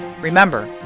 Remember